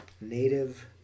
native